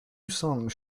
songs